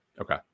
Okay